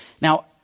Now